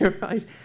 right